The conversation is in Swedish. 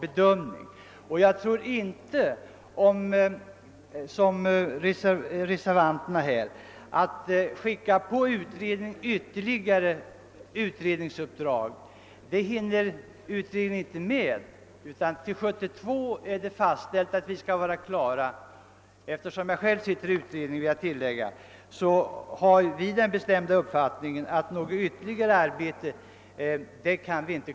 Om riksdagen, som reservanterna föreslår, ger utredningen ytterligare uppdrag, kommer utredningen inte att hinna med sitt arbete. Det är fastställt att utredningen skall vara klar år 1972. Jag är själv ledamot av utredningen, och vi har den bestämda uppfattningen att vi inte hinner med något ytterligare arbete.